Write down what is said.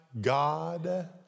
God